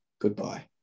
Goodbye